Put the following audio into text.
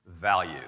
value